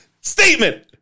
Statement